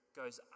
goes